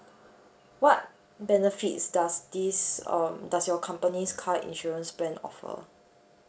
what benefits does this um does your company's car insurance plan offer